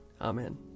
Amen